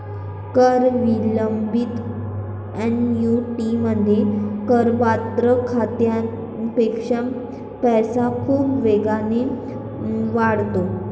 कर विलंबित ऍन्युइटीमध्ये, करपात्र खात्यापेक्षा पैसा खूप वेगाने वाढतो